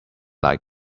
like